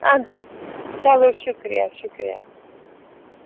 چلو شُکریہ شُکریہ